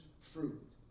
fruit